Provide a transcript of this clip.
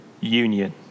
union